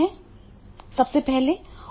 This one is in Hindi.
सबसे पहले और सबसे महत्वपूर्ण शोर है